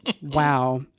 wow